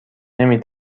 نمی